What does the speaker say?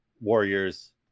Warriors